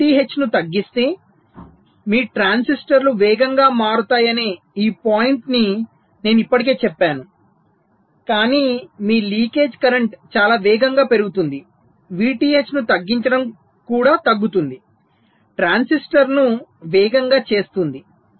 మీరు VTH ను తగ్గిస్తే మీ ట్రాన్సిస్టర్లు వేగంగా మారుతాయనే ఈ పాయింట్ను నేను ఇప్పటికే చెప్పాను కానీ మీ లీకేజ్ కరెంట్ చాలా వేగంగా పెరుగుతుంది VTH ను తగ్గించడం కూడా తగ్గుతుంది ట్రాన్సిస్టర్ను వేగంగా చేస్తుంది